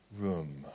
room